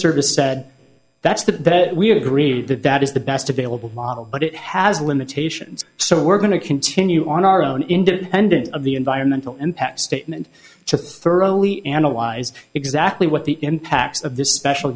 service said that's that we agree that that is the best available model but it has limitations so we're going to continue on our own independent of the environmental impact statement to thoroughly analyze exactly what the impacts of this special